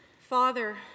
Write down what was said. Father